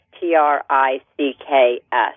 T-R-I-C-K-S